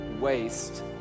waste